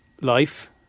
life